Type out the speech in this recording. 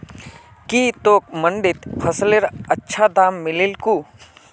की तोक मंडीत फसलेर अच्छा दाम मिलील कु